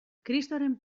kristoren